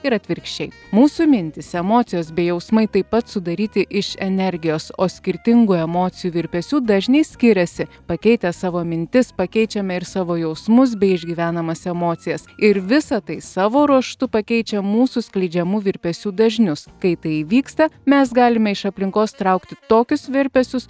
ir atvirkščiai mūsų mintys emocijos bei jausmai taip pat sudaryti iš energijos o skirtingų emocijų virpesių dažniai skiriasi pakeitę savo mintis pakeičiame ir savo jausmus bei išgyvenamas emocijas ir visa tai savo ruožtu pakeičia mūsų skleidžiamų virpesių dažnius kai tai įvyksta mes galime iš aplinkos traukti tokius virpesius